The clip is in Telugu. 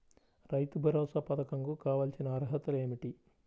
రైతు భరోసా పధకం కు కావాల్సిన అర్హతలు ఏమిటి?